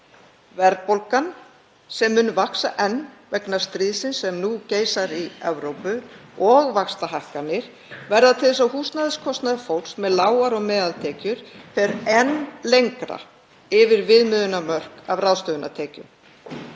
Verðbólgan sem mun vaxa enn vegna stríðsins sem nú geisar í Evrópu og vaxtahækkanir verða til þess að húsnæðiskostnaður fólks með lágar og meðaltekjur fer enn lengra yfir viðmiðunarmörk af ráðstöfunartekjum.